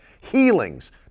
healings